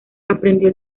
aprendió